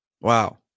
Wow